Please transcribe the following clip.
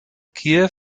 kiew